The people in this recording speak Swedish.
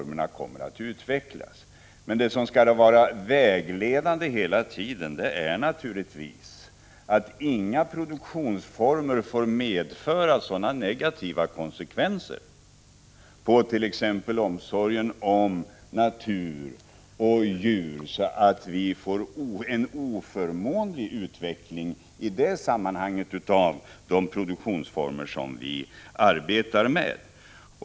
Men det som hela tiden skall vara vägledande är naturligtvis att ingen produktionsform får medföra sådana negativa konsekvenser på t.ex. omsorgen om natur och djur att vi får en oförmånlig utveckling i de företagsformer vi arbetar med.